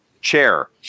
chair